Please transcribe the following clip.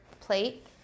plate